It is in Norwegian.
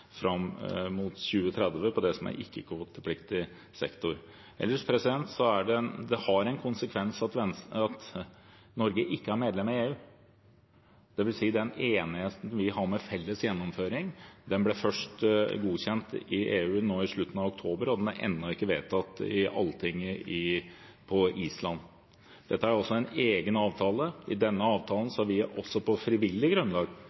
mot 2030 for ikke-kvotepliktig sektor. Ellers har det en konsekvens at Norge ikke er medlem av EU, dvs. den enigheten vi har om felles gjennomføring, ble først godkjent i EU nå i slutten av oktober, og den er ennå ikke vedtatt i Alltinget på Island. Dette er altså en egen avtale. I denne avtalen har vi også på frivillig grunnlag